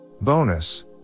bonus